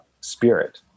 spirit